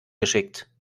geschickt